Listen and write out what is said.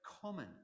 common